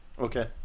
Okay